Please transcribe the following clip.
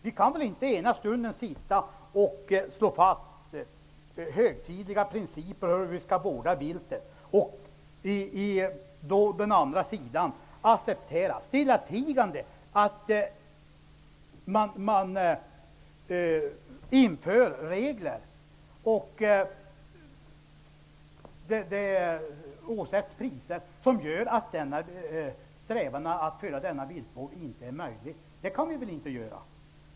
Vi kan inte ena stunden slå fast högtidliga principer om hur viltet skall vårdas och den andra stunden stillatigande acceptera att det införs regler och åsätts priser som gör det omöjligt att leva upp till strävandena att bedriva denna viltvård. Så kan vi väl inte göra.